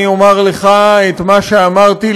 אני אומר לך את מה שאמרתי,